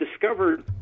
discovered